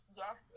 yes